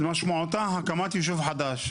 משמעותה הקמת ישוב חדש,